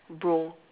bro